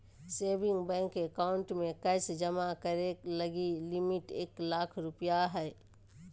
saving bank account में cash जमा करे लगी लिमिट एक लाख रु हइ